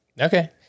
Okay